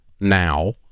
now